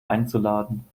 einzuladen